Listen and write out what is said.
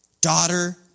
daughter